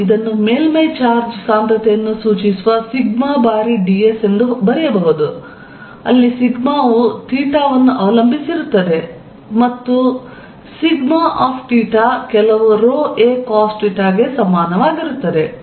ನಾನು ಇದನ್ನು ಮೇಲ್ಮೈ ಚಾರ್ಜ್ ಸಾಂದ್ರತೆಯನ್ನು ಸೂಚಿಸುವ ಸಿಗ್ಮಾ ಬಾರಿ ds ಎಂದು ಬರೆಯಬಹುದು ಅಲ್ಲಿ ಸಿಗ್ಮಾ ವು ಥೀಟಾ ವನ್ನು ಅವಲಂಬಿಸಿರುತ್ತದೆ ಮತ್ತು σ θ ಕೆಲವು ρ a cosθ ಗೆ ಸಮಾನವಾಗಿರುತ್ತದೆ